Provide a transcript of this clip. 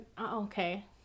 okay